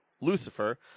Lucifer